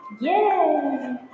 Yay